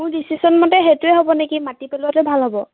মোৰ ডিচিছনমতে সেইটোৱে হ'ব নেকি মাটি পেলোৱাটোৱে ভাল হ'ব